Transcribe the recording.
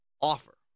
offer